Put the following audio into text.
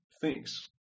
thinks